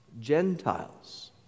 Gentiles